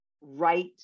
right